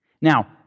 Now